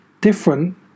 different